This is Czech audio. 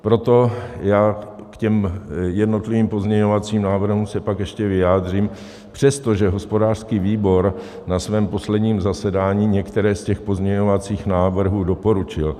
Proto se k těm jednotlivým pozměňovacím návrhům pak ještě vyjádřím, přestože hospodářský výbor na svém posledním zasedání některé z těch pozměňovacích návrhů doporučil.